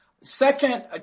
Second